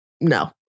no